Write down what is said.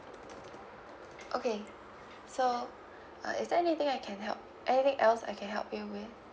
okay so uh is there anything I can help anything else I can help you with